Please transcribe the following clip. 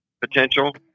potential